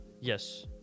Yes